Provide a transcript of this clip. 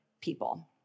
people